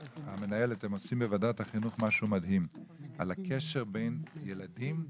הם עושים בוועדת החינוך משהו מדהים שנוגע בקשר בין ילדים לקשישים.